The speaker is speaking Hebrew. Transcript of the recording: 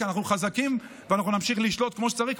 כי אנחנו חזקים ואנחנו נמשיך לשלוט כמו שצריך,